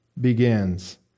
begins